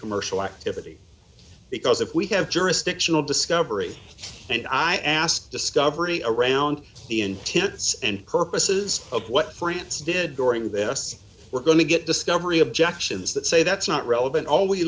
commercial activity because if we have jurisdictional discovery and i asked discovery around the intents and purposes of what france did during this we're going to get discovery objections that say that's not relevant all we